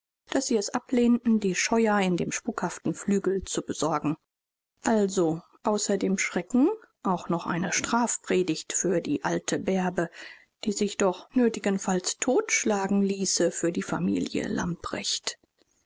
daß sie es ablehnten die scheuerei in dem spukhaften flügel zu besorgen also außer dem schreck auch noch eine strafpredigt für die alte bärbe die sich noch nötigenfalls totschlagen ließ für die familie lamprecht